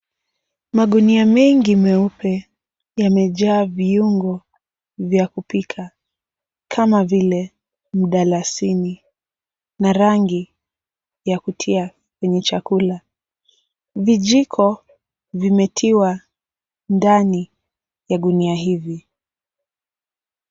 Magunia mengi meupe yamejaa viungo vya kupika kama vile mdalasini na rangi ya kutia kwenye chakula. Vijiko vimetiwa ndani ya magunia hivi.